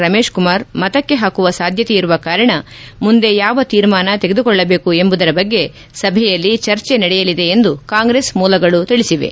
ರಮೇಶ್ಕುಮಾರ್ ಮತಕ್ಕೆ ಹಾಕುವ ಸಾಧ್ಯತೆಯಿರುವ ಕಾರಣ ಮುಂದೆ ಯಾವ ತೀರ್ಮಾನ ತೆಗೆದುಕೊಳ್ಳಬೇಕು ಎಂಬುದರ ಬಗ್ಗೆ ಸಭೆಯಲ್ಲಿ ಚರ್ಚೆ ನಡೆಯಲಿದೆ ಎಂದು ಕಾಂಗ್ರೆಸ್ ಮೂಲಗಳು ತಿಳಿಸಿವೆ